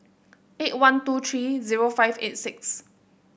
eight one two three zero five eight six